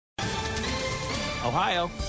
Ohio